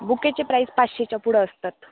बुकेचे price पाचशेच्या पुढं असतात